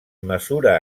mesura